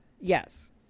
Yes